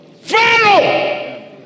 Pharaoh